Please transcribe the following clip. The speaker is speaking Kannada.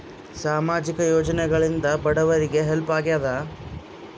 ಸಾಮಾಜಿಕ ಯೋಜನೆಗಳಿಂದ ಬಡವರಿಗೆ ಹೆಲ್ಪ್ ಆಗ್ಯಾದ?